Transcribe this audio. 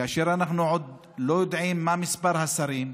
כאשר אנחנו עוד לא יודעים מה מספר השרים,